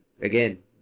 again